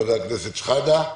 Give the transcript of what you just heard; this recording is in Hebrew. חבר הכנסת שחאדה,